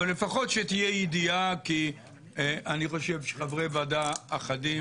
אבל שלפחות תהיה ידיעה כי אני חושב שחברי ועדה אחדים